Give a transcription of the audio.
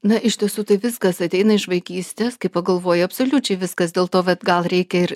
na iš tiesų tai viskas ateina iš vaikystės kai pagalvoji absoliučiai viskas dėl to vat gal reikia ir